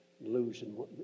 losing